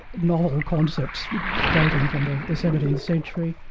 novel concepts dating from the the seventeenth century,